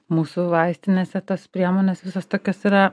mūsų vaistinėse tos priemonės visos tokios yra